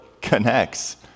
connects